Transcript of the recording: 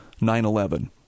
9-11